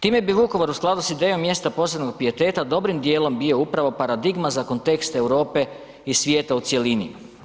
Time bi Vukovar u skladu sa idejom mjesta posebnog pijeteta dobrim dijelom upravo bio paradigma za kontekst Europe i svijeta u cjelini.